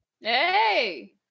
Hey